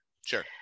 sure